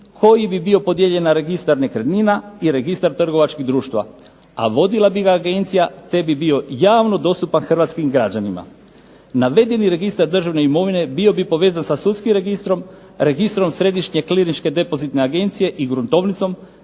koji bi bio podijeljen na registar nekretnina i registar trgovačkih društava, a vodila bi ga Agencija te bi bio javno dostupan hrvatskim građanima. Navedeni registar državne imovine bio bi povezan sa sudskim registrom, registrom središnje kliničke depozitne Agencije i gruntovnicom